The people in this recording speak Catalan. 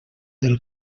del